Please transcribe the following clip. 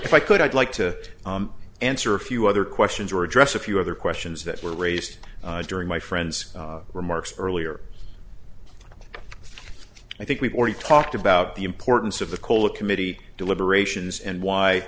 if i could i'd like to answer a few other questions or address a few other questions that were raised during my friend's remarks earlier i think we've already talked about the importance of the cola committee deliberations and why